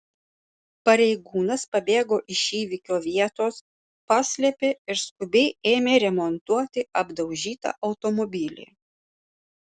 pareigūnas pabėgo iš įvykio vietos paslėpė ir skubiai ėmė remontuoti apdaužytą automobilį